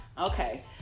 Okay